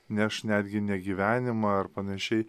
neš netgi ne gyvenimą ar panašiai